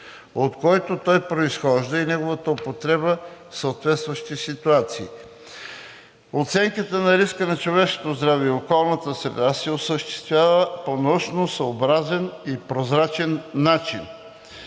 от който той произхожда, и неговата употреба в съответстващи ситуации; 2. Оценката на риска за човешкото здраве и околната среда се осъществява по научносъобразен и прозрачен начин,